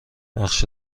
بخش